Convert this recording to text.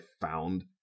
found